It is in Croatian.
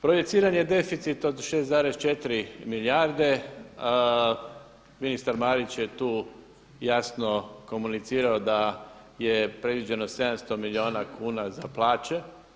Projiciranje deficita od 6,4 milijarde ministar Marić je tu jasno komunicirao da je predviđeno 700 milijuna kuna za plaće.